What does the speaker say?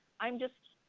i'm just,